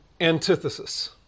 Antithesis